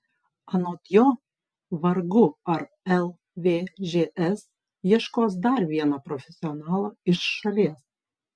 anot jo vargu ar lvžs ieškos dar vieno profesionalo iš šalies